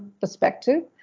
perspective